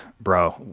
bro